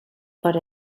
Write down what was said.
per